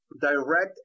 Direct